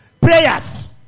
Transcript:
Prayers